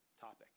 topic